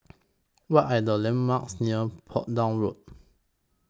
What Are The landmarks near Portsdown Road